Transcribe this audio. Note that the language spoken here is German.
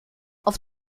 auf